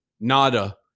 Nada